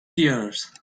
theatres